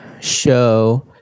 show